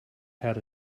had